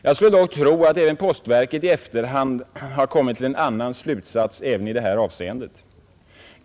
Jag skulle dock tro, att även postverket i efterhand har kommit till en annan slutsats även i det här avseendet.